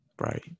Right